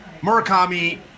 murakami